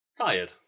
Tired